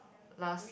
last